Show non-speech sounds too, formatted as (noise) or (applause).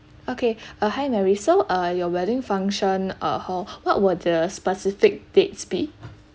okay (breath) uh hi mary so uh your wedding function uh hall (breath) what were the specific dates be